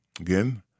Again